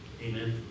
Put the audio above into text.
Amen